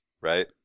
Right